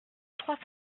trois